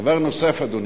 דבר נוסף, אדוני,